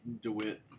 DeWitt